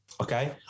Okay